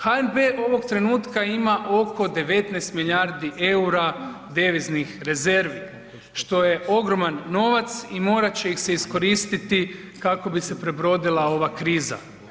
HNB ovog trenutka ima oko 19 milijardi eura deviznih rezervi što je ogroman novac i morat će ih se iskoristiti kako bi se prebrodila ova kriza.